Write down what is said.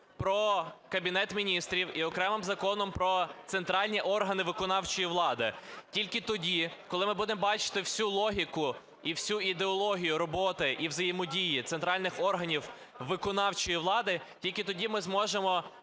про Кабінет Міністрів і окремим законом про центральні органи виконавчої влади. Тільки тоді, коли ми будемо бачити всю логіку і всю ідеологію роботи і взаємодії центральних органів виконавчої влади, тільки тоді ми зможемо